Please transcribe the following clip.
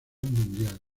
mundial